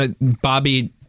Bobby